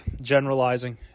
generalizing